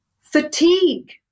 fatigue